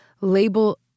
label